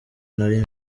nari